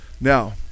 Now